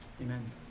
Amen